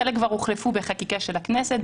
חלק כבר הוחלפו בחקיקה של הכנסת,